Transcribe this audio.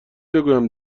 بگویم